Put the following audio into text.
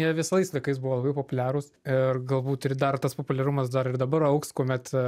jie visais laikais buvo labai populiarūs ir galbūt ir dar tas populiarumas dar ir dabar augs kuomet